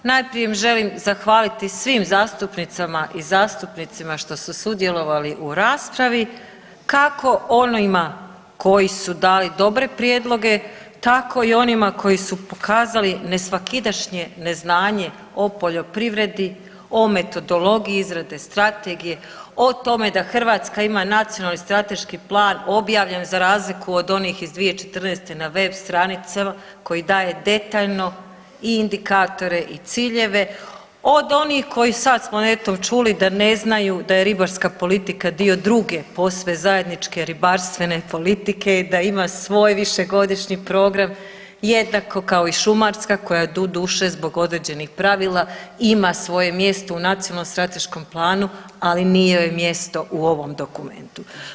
Najprije želim zahvaliti svim zastupnicama i zastupnicima što su sudjelovali u raspravi kako onima koji su dali dobre prijedloge, tako i onima koji su pokazali nesvakidašnje znanje o poljoprivredi, o metodologiji izrade strategije, o tome da Hrvatska ima nacionalni strateški plan objavljen za razliku od onih iz 2014. na web stranicama koji daje detaljno i indikatore i ciljeve od onih koji sad smo eto čuli da ne znaju da je ribarska politika dio druge posve zajedničke ribarstvene politike i da ima svoj višegodišnji program jednako kao i šumarska koja doduše zbog određenih pravila ima svoje mjesto u Nacionalnom strateškom planu, ali nije joj mjesto u ovom dokumentu.